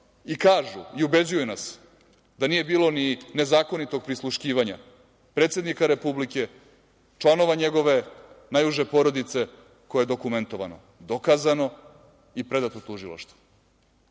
i ubeđuju nas da nije bilo ni nezakonitog prisluškivanja predsednika Republike, članova njegove najuže porodice koje je dokumentovano, dokazano i predato tužilaštvu.